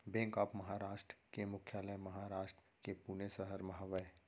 bank of Maharashtra के मुख्यालय महारास्ट के पुने सहर म हवय